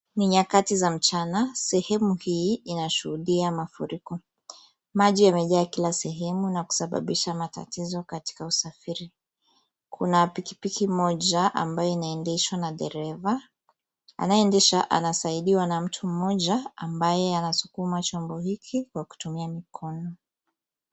Ni nyakati za mchana, sehemu hii inashuhudia mafuriko. Maji yamejaa kila sehemu na kusababisha matatizo katika usafiri. Kuna pikipiki moja ambayo inaendeshwa na dereva. Anayeendesha anasaidiwa na mtu mmoja ambaye anasukuma chombo hiki kwa kutumia mikono.